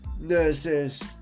Nurses